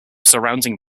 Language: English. surrounding